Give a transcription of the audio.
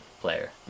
player